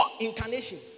incarnation